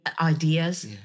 ideas